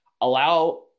allow